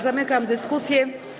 Zamykam dyskusję.